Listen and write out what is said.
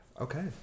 okay